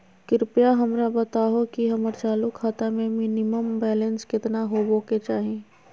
कृपया हमरा बताहो कि हमर चालू खाता मे मिनिमम बैलेंस केतना होबे के चाही